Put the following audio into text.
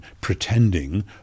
pretending